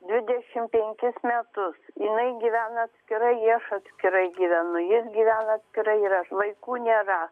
dvidešimt penkis metus jinai gyvena atskirai ir aš atskirai gyvenu jis gyvena atskirai ir aš vaikų nėra